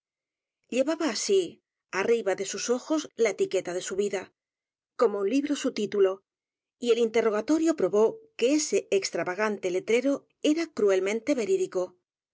llevaba así arriba de sus ojos la etiqueta de su vida como un libro su título y el interrogatorio probó que ese extravagante letrero era cruelmente verídico